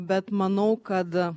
bet manau kad